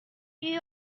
you